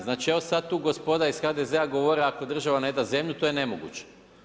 Znači, evo sada tu gospoda iz HDZ govore, ako država ne da zemlju, to je nemoguće.